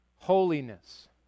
Holiness